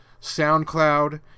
SoundCloud